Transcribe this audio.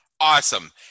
Awesome